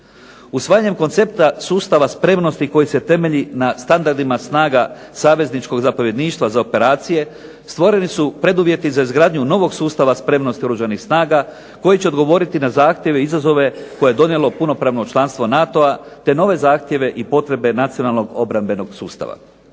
Usvajanjem koncepta sustava spremnosti koji se temelji na standardima snaga savezničkog zapovjedništva za operacije, stvoreni su preduvjeti za izgradnju novog sustava spremnosti Oružanih snaga koji će odgovoriti na zahtjeve i izazove koje je donijelo punopravno članstvo NATO-a, te nove zahtjeve i potrebe nacionalnog obrambenog sustava.